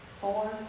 four